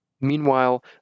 Meanwhile